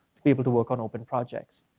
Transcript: to be able to work on open projects.